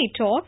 Talk